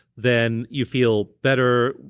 then you feel better.